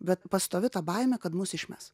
bet pastovi ta baimė kad mus išmes